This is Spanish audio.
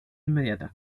inmediata